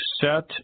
set